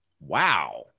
wow